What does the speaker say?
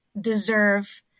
deserve